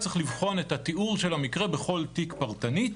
צריך לבחון את התיאור של המקרה בכול תיק פרטנית,